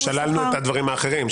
גם שללנו את הדברים האחרים.